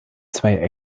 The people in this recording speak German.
zwei